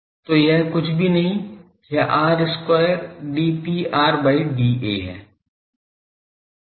तो यह कुछ भी नहीं यह r square dPr by dA है